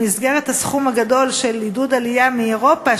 במסגרת הסכום הגדול של עידוד העלייה מאירופה,